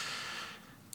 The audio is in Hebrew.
רוחביות